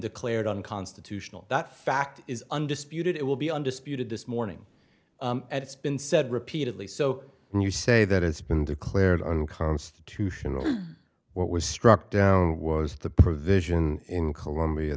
declared unconstitutional that fact is undisputed it will be undisputed this morning and it's been said repeatedly so when you say that it's been declared unconstitutional what was struck down was the provision in colombia